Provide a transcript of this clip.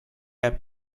jääb